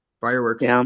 Fireworks